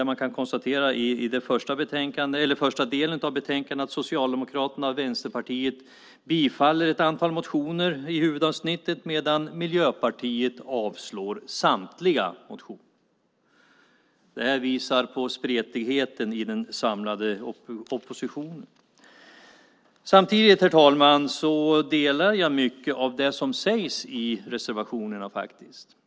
Man kan konstatera att Socialdemokraterna och Vänsterpartiet i den första delen av betänkandet, i huvudavsnittet, yrkar bifall till ett antal motioner, medan Miljöpartiet yrkar avslag på samtliga motioner. Det visar på spretigheten i den samlade oppositionen. Herr talman! Samtidigt instämmer jag i mycket av det som sägs i reservationerna.